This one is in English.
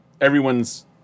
Everyone's